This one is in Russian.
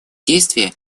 действия